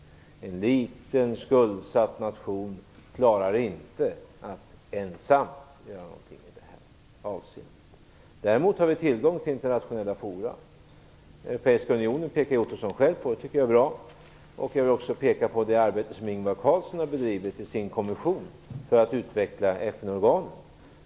En liten, skuldsatt nation klarar inte av att ensam göra någonting i detta avseende. Däremot har vi tillgång till internationella forum. Ottosson själv pekar på Europeiska unionen. Det tycker jag är bra. Jag vill också peka på det arbete som Ingvar Carlsson har bedrivit i sin kommission för att utveckla FN organen.